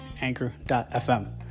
Anchor.fm